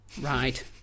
Right